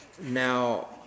Now